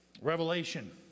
Revelation